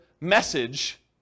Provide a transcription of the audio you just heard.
message